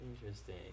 Interesting